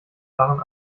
waren